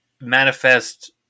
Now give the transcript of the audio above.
manifest